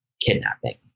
kidnapping